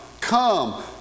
come